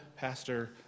Pastor